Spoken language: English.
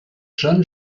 john